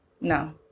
No